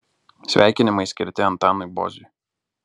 sveikinimai skirti antanui boziui